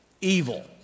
evil